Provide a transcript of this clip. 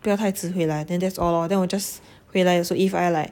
不要太迟回来 then that's all lor then 我 just 回来的时候 if I like